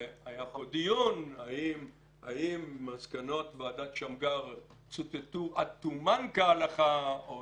והיה פה דיון האם מסקנות ועדת שמגר צוטטו עד תומן כהלכה או